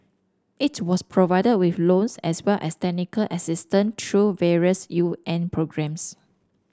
it was provided with loans as well as technical assistance through various U N programmes